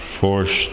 forced